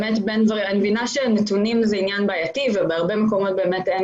אני מבינה שנתונים זה עניין בעייתי ובהרבה מקומות באמת אין